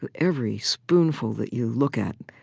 but every spoonful that you look at.